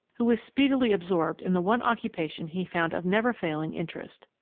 who was speedily absorbed in the one occupation he found of never-failing interest.